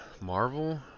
Marvel